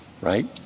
right